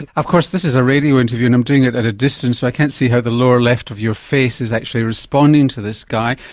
and of course this is a radio interview and i'm doing it at a distance so i can't see how the lower left of your face is actually responding to this, guy.